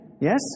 Yes